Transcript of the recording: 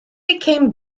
became